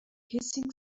hissing